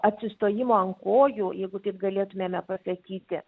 atsistojimo ant kojų jeigu taip galėtumėme pasakyti